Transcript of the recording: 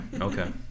Okay